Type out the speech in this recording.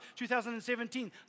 2017